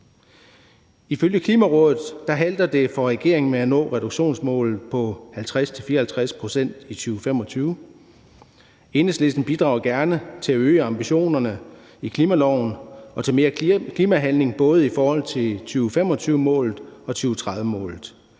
Ifølge Klimarådet halter det for regeringen med at nå reduktionsmålet på 50-54 pct. i 2025. Enhedslisten bidrager gerne til at øge ambitionerne i klimaloven og til mere klimahandling både i forhold til 2025-målet og 2030-målet.